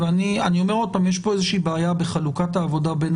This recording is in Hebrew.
יש כאן איזושהי בעיה בחלוקת העבודה בין